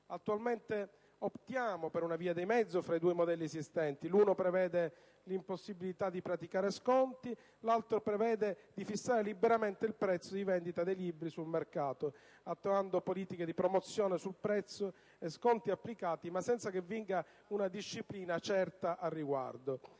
Attualmente si opta per una via di mezzo tra i due modelli esistenti - l'uno prevede l'impossibilità di praticare sconti; l'altro prevede di fissare liberamente il prezzo di vendita dei libri sul mercato - attuando politiche di promozione sul prezzo e sconti applicati, ma senza che viga una disciplina certa a riguardo.